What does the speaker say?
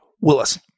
Willis